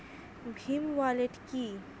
Bhim wallet কি?